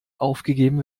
aufgegeben